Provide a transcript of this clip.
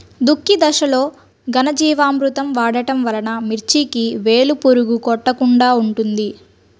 దుక్కి దశలో ఘనజీవామృతం వాడటం వలన మిర్చికి వేలు పురుగు కొట్టకుండా ఉంటుంది?